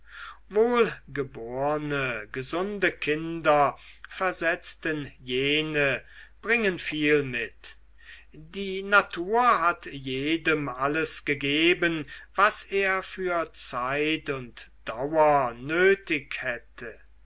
wohlgeborne gesunde kinder versetzten jene bringen viel mit die natur hat jedem alles gegeben was er für zeit und dauer nötig hätte